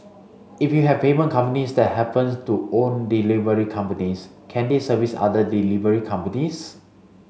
if you have payment companies that happens to own delivery companies can they service other delivery companies